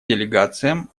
делегациям